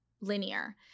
linear